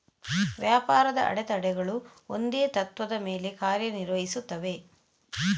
ವ್ಯಾಪಾರದ ಅಡೆತಡೆಗಳು ಒಂದೇ ತತ್ತ್ವದ ಮೇಲೆ ಕಾರ್ಯ ನಿರ್ವಹಿಸುತ್ತವೆ